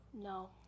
No